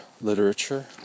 literature